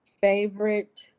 favorite